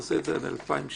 נעשה את זה עד 2,000 שקל.